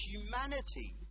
humanity